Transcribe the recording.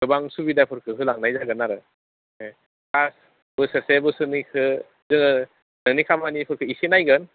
गोबां सुबिदाफोरखो होलांनाय जागोन आरो माने दा बोसोरसे बोसोनैसो जोङो नोंनि खामानिफोरखो एसे नायगोन